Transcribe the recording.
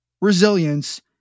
resilience